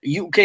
UK